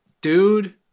Dude